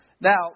Now